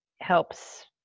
helps